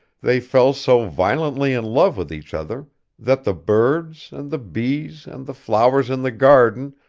they fell so violently in love with each other that the birds, and the bees, and the flowers in the garden,